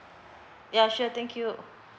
ya sure thank you